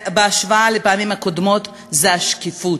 בהשוואה לפעמים הקודמות, זה השקיפות.